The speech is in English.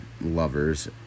lovers